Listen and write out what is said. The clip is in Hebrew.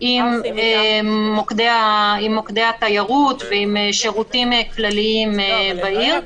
עם מוקדי התיירות ועם שירותים כלליים בעיר.